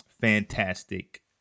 Fantastic